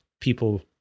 people